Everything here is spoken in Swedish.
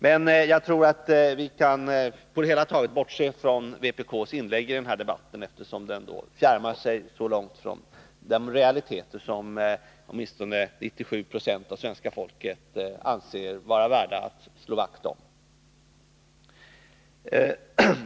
Men jagtror att vi på det hela taget kan bortse från vpk:s inlägg i den här debatten, eftersom det fjärmar sig så långt bort från de realiteter som åtminstone 97 96 av svenska folket anser vara värda att slå vakt om.